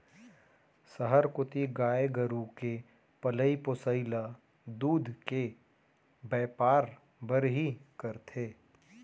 सहर कोती गाय गरू के पलई पोसई ल दूद के बैपार बर ही करथे